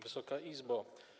Wysoka Izbo!